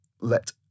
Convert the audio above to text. let